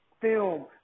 film